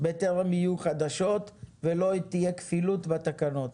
בטרם יהיו חדשות ולא תהיה כפילות בתקנות.